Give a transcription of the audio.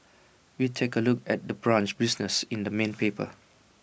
we take A look at the brunch business in the main paper